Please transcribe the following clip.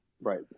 Right